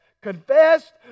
Confessed